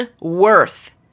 worth